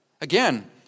Again